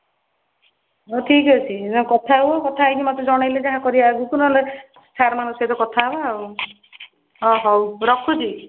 ହଉ ଠିକ୍ ଅଛି ନ ହେଲେ କଥା ହୁଅ କଥା ହେଇକି ମୋତେ ଜଣାଇଲେ ଯାହା କରିବା ଆଗକୁ ନହେଲେ ସାର୍ ମାନଙ୍କ ସହିତ କଥା ହେବା ଆଉ ହଉ ରଖୁଛି